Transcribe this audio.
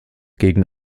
gegen